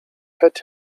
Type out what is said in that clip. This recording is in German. fett